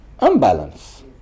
unbalance